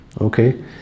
Okay